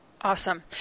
Awesome